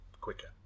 quicker